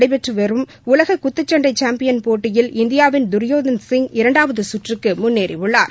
நடைபெற்று வரும் உலக குத்துச்சண்டை சாம்பியன் ரஷ்யாவில் போட்டியில் இந்தியாவின் துரியோதன் சிங் இரண்டாவது சுற்றுக்கு முன்னேறியுள்ளார்